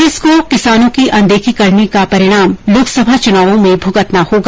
कांग्रेस को किसानों की अनदेखी करने का परिणाम लोकसभा चुनावों में भूगतना होगा